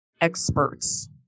experts